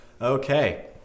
Okay